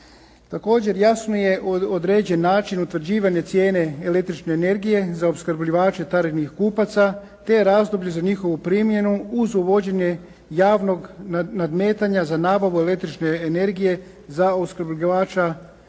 Također jasnije je određen način utvrđivanja cijene električne energije za opskrbljivače tarifnih kupaca te razdoblje za njihovu primjenu uz uvođenje javnog nadmetanja za nabavu električne energije za opskrbljivača